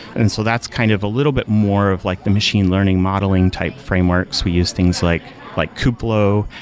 and so that's kind of a little bit more of like the machine learning modeling type frameworks. we use things like like kubeflow.